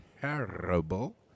terrible